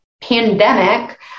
pandemic